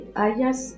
hayas